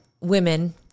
women